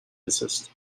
desist